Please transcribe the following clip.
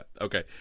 Okay